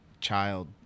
child